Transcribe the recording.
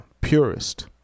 purist